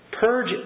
Purge